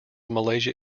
malaysia